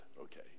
okay